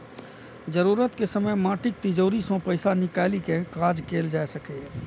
जरूरत के समय माटिक तिजौरी सं पैसा निकालि कें काज कैल जा सकैए